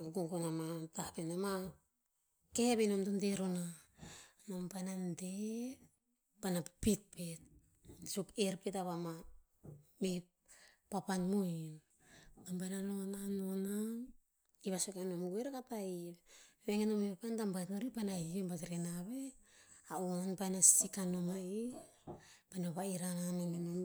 gogon ama tah penom. Mah keh veh nom to deh ronah. Nom paena pipit peht suk, er pet a vah mah meh papan mohin. Nom paena no nah- no nah. Ii pah sue kanom, goe rakah ta hiv. Vegen o meoh papan to hiktah baiton o'rer, paena hiv bat rer na veh, a uhoun paena sik anom a'ii. Paena va'ir ana nom e nom